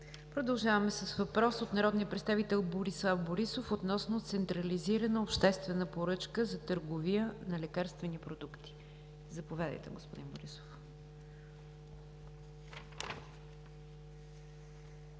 Продължаваме с въпрос от народния представител Борислав Борисов относно централизирана обществена поръчка за търговия на лекарствени продукти. Заповядайте, господин Борисов.